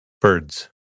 Birds